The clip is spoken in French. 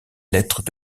lettres